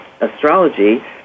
astrology